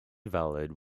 valid